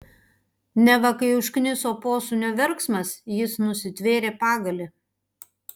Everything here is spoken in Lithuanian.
neva kai užkniso posūnio verksmas jis nusitvėrė pagalį